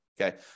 Okay